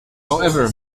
however